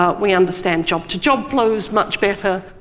ah we understand job-to-job flows much better,